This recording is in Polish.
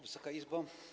Wysoka Izbo!